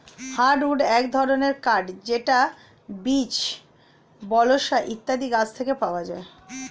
hardwood এক ধরনের কাঠ যেটা বীচ, বালসা ইত্যাদি গাছ থেকে পাওয়া যায়